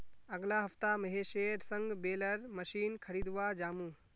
अगला हफ्ता महेशेर संग बेलर मशीन खरीदवा जामु